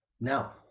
now